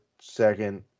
second